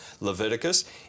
Leviticus